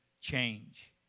change